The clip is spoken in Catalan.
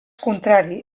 contrari